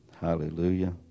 hallelujah